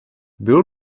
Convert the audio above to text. byl